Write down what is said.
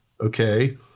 Okay